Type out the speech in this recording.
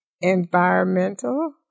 environmental